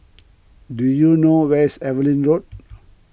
do you know where is Evelyn Road